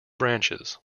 branches